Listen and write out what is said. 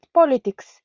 Politics